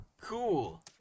Cool